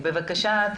בבקשה.